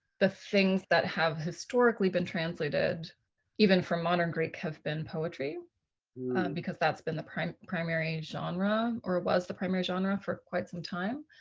the things that have historically been translated even from modern greek have been poetry because that's been the primary primary and genre or was the primary genre for quite some time.